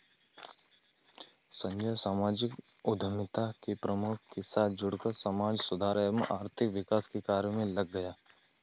संजय सामाजिक उद्यमिता के प्रमुख के साथ जुड़कर समाज सुधार एवं आर्थिक विकास के कार्य मे लग गया